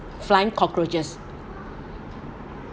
flying cockroaches